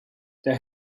they